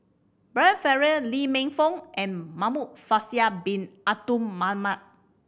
Brian Farrell Lee Man Fong and Muhamad Faisal Bin Abdul Manap